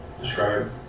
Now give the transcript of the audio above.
Describe